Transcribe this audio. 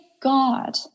God